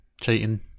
cheating